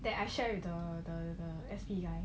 then I share with the the spy